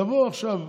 יבואו עכשיו,